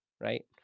right